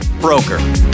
Broker